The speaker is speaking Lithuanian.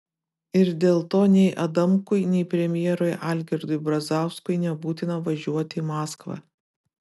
ir dėl to nei adamkui nei premjerui algirdui brazauskui nebūtina važiuoti į maskvą